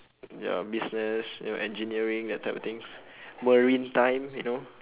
ya business ya engineering that type of things maritime you know